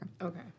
Okay